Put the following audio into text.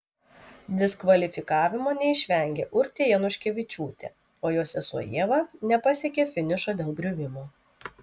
diskvalifikavimo neišvengė urtė januškevičiūtė o jos sesuo ieva nepasiekė finišo dėl griuvimo